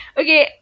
okay